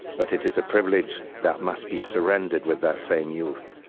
but it is a privilege that must be surrendered with that same youth,